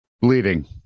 Bleeding